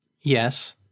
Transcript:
yes